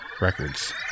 records